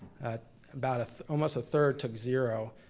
about almost a third took zero,